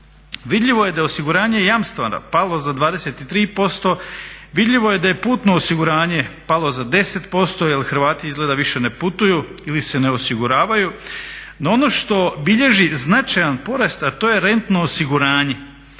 Vidljivo je da je osiguranje jamstva palo za 23%, vidljivo je da je putno osiguranje palo za 10% jer Hrvati izgleda više ne putuju ili se ne osiguravaju. No ono što bilježi značajan porast, a to je rentno osiguranje,